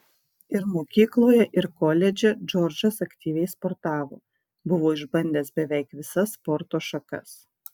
ir mokykloje ir koledže džordžas aktyviai sportavo buvo išbandęs beveik visas sporto šakas